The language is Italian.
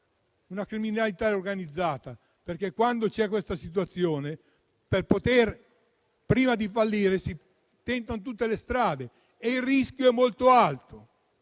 alla criminalità organizzata, perché in una situazione simile, prima di fallire, si tentano tutte le strade e il rischio è molto alto.